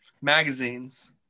Magazines